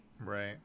Right